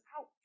out